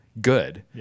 good